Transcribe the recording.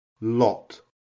Lot